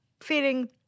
feeling